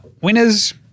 Winners